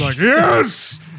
yes